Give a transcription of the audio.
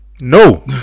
No